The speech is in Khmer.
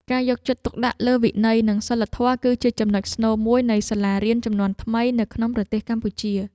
ការយកចិត្តទុកដាក់លើវិន័យនិងសីលធម៌គឺជាចំណុចស្នូលមួយនៃសាលារៀនជំនាន់ថ្មីនៅក្នុងប្រទេសកម្ពុជា។